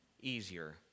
easier